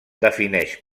defineix